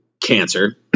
cancer